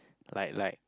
like like